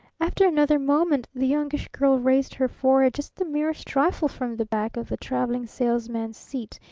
after another moment the youngish girl raised her forehead just the merest trifle from the back of the traveling salesman's seat,